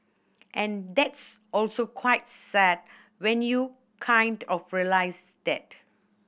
and that's also quite sad when you kind of realise that